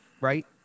right